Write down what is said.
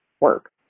work